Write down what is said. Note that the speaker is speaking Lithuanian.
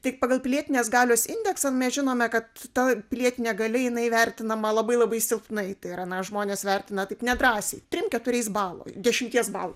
tai pagal pilietinės galios indeksą mes žinome kad ta pilietinė galia jinai įvertinama labai labai silpnai tai yra na žmonės vertina taip nedrąsiai trim keturiais balo dešimties balų